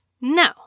No